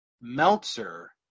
Meltzer